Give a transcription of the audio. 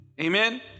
Amen